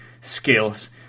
skills